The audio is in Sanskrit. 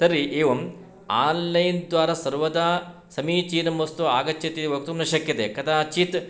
तर्हि एवम् आन्लैन् द्वारा सर्वदा समीचीनं वस्तु आगच्छतीति वक्तुं न शक्यते कदाचित्